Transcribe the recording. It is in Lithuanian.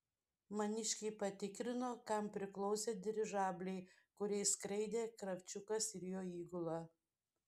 maniškiai patikrino kam priklausė dirižabliai kuriais skraidė kravčiukas ir jo įgula